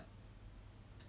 scum of the earth